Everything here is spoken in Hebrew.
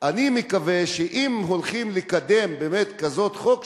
אני מקווה שאם הולכים לקדם באמת כזה חוק,